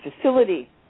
facility